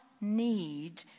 need